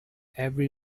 every